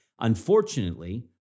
Unfortunately